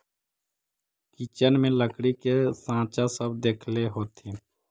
kitchen में लकड़ी के साँचा सब देखले होथिन